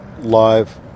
live